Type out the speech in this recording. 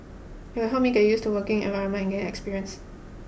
it will help me get used to working environment and gain experience